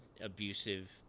abusive